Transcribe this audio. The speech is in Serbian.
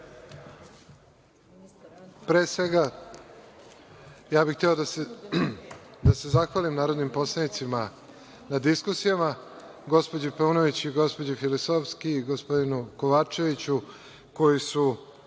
Pre svega, ja bih hteo da se zahvalim narodnim poslanicima na diskusijama, gospođi Paunović, gospođi Filipovski i gospodinu Kovačeviću, koji su,